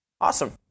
Awesome